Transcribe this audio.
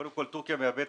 קודם כול טורקיה מייבאת